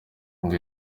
ngo